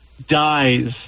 dies